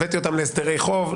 הבאתי אותם להסדרי חוב,